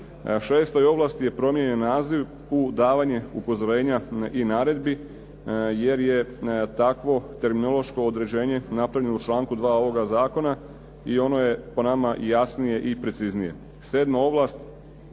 Šestoj ovlasti je promijenjen naziv u davanje upozorenja i naredbi jer je takvo terminološko određenje napravljeno u članku 2. ovoga zakona i ono je po nama jasnije i preciznije.